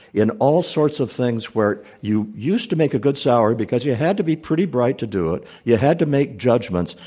in all sorts of things where you used to make a good salary because you had to be pretty bright to do it. you yeah had to make judgments.